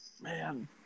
man